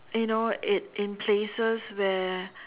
you know in in places where